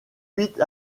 huit